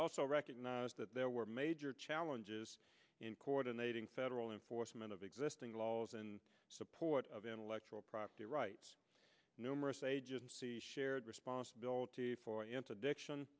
also recognize that there were major challenges in coordinating federal enforcement of existing laws in support of intellectual property rights numerous agencies shared responsibility for ant addiction